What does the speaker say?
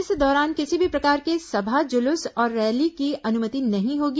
इस दौरान किसी भी प्रकार के सभा जुलूस और रैली की अनुमति नहीं होगी